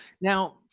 Now